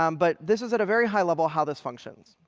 um but this is, at a very high level, how this functions.